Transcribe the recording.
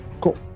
cool